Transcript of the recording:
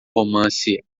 romance